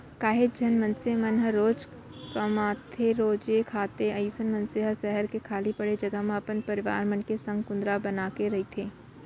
काहेच झन मनसे मन ह रोजे कमाथेरोजे खाथे अइसन मनसे ह सहर के खाली पड़े जघा म अपन परवार मन के संग कुंदरा बनाके रहिथे